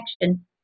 connection